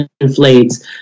inflates